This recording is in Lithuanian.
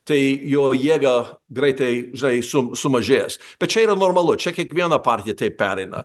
tai jo jėga greitai žnai sumažės bet čia yra normalu čia kiekviena partija tai pereina